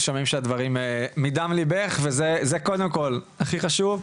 שומעים שהדברים מדם ליבך, וזה קודם כל הכי חשוב.